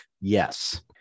Yes